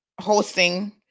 hosting